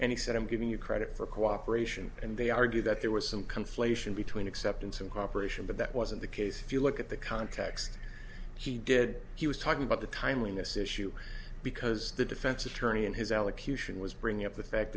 and he said i'm giving you credit for cooperation and they argue that there was some conflation between acceptance and cooperation but that wasn't the case if you look at the context he did he was talking about the kindliness issue because the defense attorney in his allocution was bringing up the fact